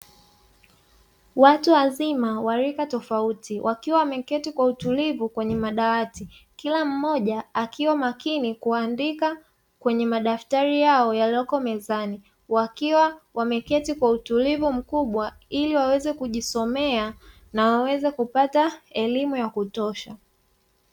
Watu wazima wa rika tofauti wakiwa wameketi kwa utulivu kwenye madawati kilammoja akiwa makini kuandika kwenye madaftari yao yaliyopo pezani wakiwa wameketi kwa utulimu mkubwa ili waweze kujisomea na waweze kupata elimu ya kutosha.